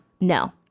No